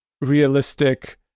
realistic